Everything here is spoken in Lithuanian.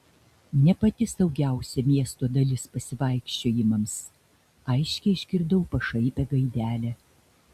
ne pati saugiausia miesto dalis pasivaikščiojimams aiškiai išgirdau pašaipią gaidelę